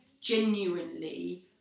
genuinely